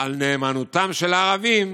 על נאמנותם של הערבים,